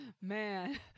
Man